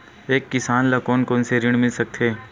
एक किसान ल कोन कोन से ऋण मिल सकथे?